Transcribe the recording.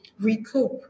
recoup